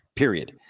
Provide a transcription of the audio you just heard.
Period